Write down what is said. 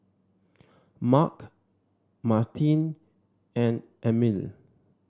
Mark Martine and Emil